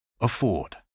Afford